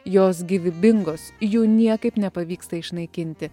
jos gyvybingos jų niekaip nepavyksta išnaikinti